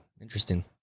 interesting